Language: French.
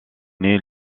naît